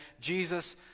Jesus